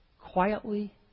quietly